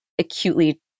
acutely